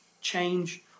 change